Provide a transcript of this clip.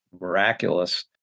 miraculous